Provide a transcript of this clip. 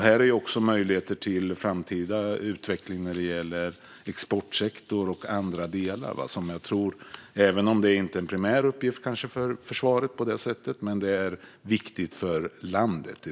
Här finns också möjligheter till framtida utveckling när det gäller exportsektor och andra delar. Även om det kanske inte är en primär uppgift för försvaret är det viktigt för landet.